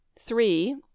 Three